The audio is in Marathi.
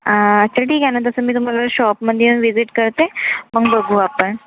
अच्छा तर ठीक आहे न तसं मी तुम्हाला शॉपमधे येऊन विजिट करते मग बघू आपण